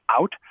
out